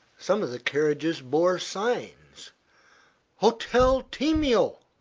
some of the carriages bore signs hotel timeo